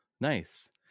Nice